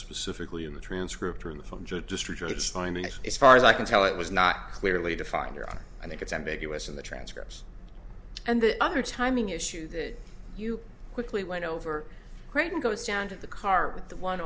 specifically in the transcript or in the phone just distributed signing it is far as i can tell it was not clearly defined or i think it's ambiguous in the transcripts and the other timing issue that you quickly went over creighton goes down to the car with the one